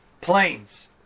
planes